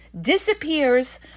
disappears